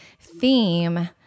theme